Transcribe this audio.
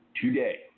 today